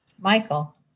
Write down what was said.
Michael